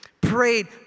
prayed